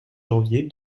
janvier